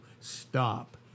stop